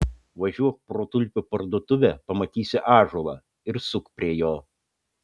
važiuok pro tulpių parduotuvę pamatysi ąžuolą ir suk prie jo